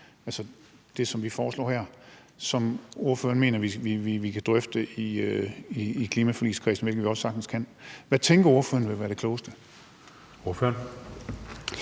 altså det, som vi foreslår her, og som ordføreren mener vi kan drøfte i forligskredsen, hvilket vi også sagtens kan, hvad tænker ordføreren så ville være det klogeste?